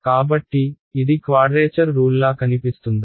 కాబట్టి ఇది క్వాడ్రేచర్ రూల్లా కనిపిస్తుందా